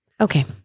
Okay